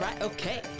Okay